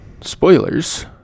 spoilers